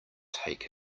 take